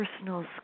personal